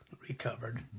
recovered